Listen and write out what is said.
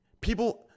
people